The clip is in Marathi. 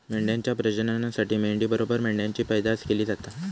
मेंढ्यांच्या प्रजननासाठी मेंढी बरोबर मेंढ्यांची पैदास केली जाता